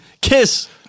kiss